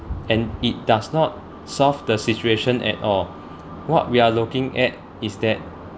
and it does not solve the situation at all what we are looking at is that